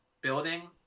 building